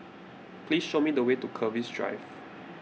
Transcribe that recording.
please show me the way to Keris Drive